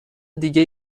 دیگه